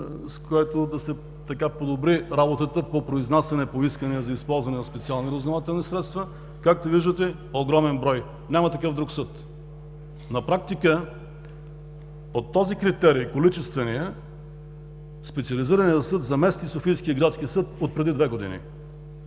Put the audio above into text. с което да се подобри работата по произнасяне по искания за използване на специални разузнавателни средства, както виждате, огромен брой, няма такъв друг съд. На практика по този критерий – количествения, Специализираният съд замести Софийския градски съд отпреди две години.